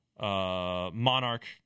Monarch